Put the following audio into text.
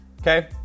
Okay